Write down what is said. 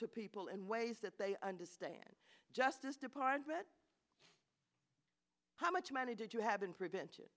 to people in ways that they understand justice department how much money did you have been prevent